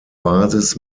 basis